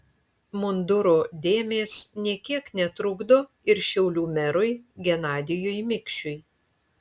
munduro dėmės nė kiek netrukdo ir šiaulių merui genadijui mikšiui